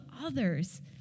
others